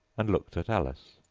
and looked at alice.